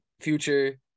future